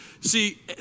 See